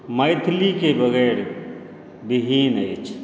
मैथिलीके बगैर विहीन अछि